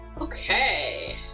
Okay